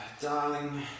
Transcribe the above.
darling